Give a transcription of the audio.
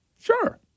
Sure